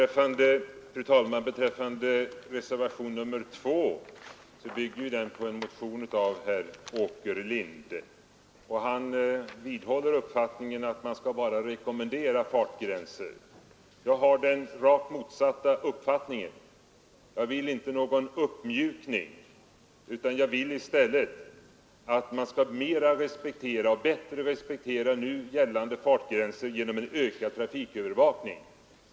Fru talman! Reservationen 2 bygger ju på en motion av herr Åkerlind, och han vidhåller uppfattningen att man bara skall rekommendera fartgränser. Jag har den rakt motsatta uppfattningen — jag vill inte ha någon uppmjukning, utan i stället att nu gällande fartgränser skall bättre respekteras genom en ökad trafikövervakning.